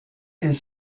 est